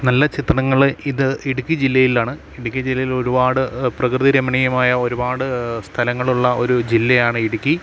നല്ല ചിത്രങ്ങൾ ഇത് ഇടുക്കി ജില്ലയിലാണ് ഇടുക്കി ജില്ലയിൽ ഒരുപാട് പ്രകൃതിരമണീയമായ ഒരുപാട് സ്ഥലങ്ങളുള്ള ഒരു ജില്ലയാണ് ഇടുക്കി